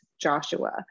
Joshua